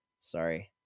sorry